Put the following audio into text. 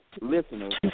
listeners